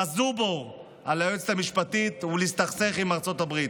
בזובור על היועצת המשפטית ולהסתכסך עם ארצות הברית.